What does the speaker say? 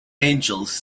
angels